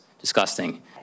disgusting